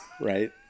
right